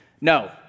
No